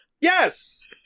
Yes